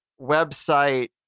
website